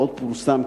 עוד פורסם,